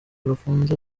bafunze